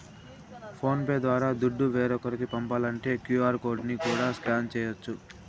phone pay ద్వారా దుడ్డు వేరోకరికి పంపాలంటే క్యూ.ఆర్ కోడ్ ని కూడా స్కాన్ చేయచ్చు